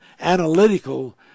analytical